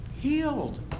Healed